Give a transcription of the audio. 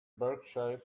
berkshire